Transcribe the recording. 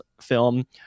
film